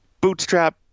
bootstrap